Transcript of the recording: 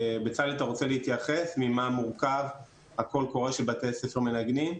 בצלאל אתה רוצה להתייחס ממה מורכב הקול קורא של בתי ספר מנגנים?